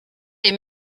les